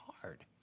hard